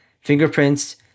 Fingerprints